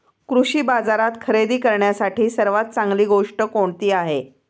कृषी बाजारात खरेदी करण्यासाठी सर्वात चांगली गोष्ट कोणती आहे?